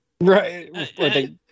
right